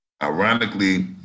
Ironically